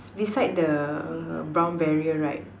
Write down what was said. beside the brown barrier right